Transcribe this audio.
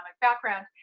background